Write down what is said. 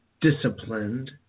disciplined